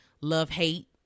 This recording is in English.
love-hate